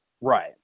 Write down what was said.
Right